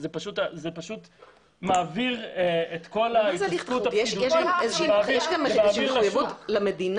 זה פשוט מעביר את כל --- מה זה --- יש גם מחויבות למדינה